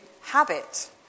habit